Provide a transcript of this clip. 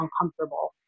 uncomfortable